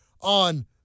on